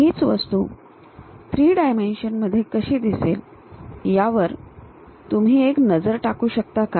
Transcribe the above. हीच वस्तूं 3 डायमेन्शन मधे कशी दिसेल यावर तुम्ही एक नजर टाकू शकता का